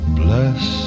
bless